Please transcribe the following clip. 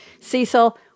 Cecil